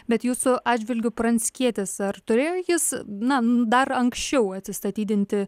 bet jūsų atžvilgiu pranckietis ar turėjo jis na dar anksčiau atsistatydinti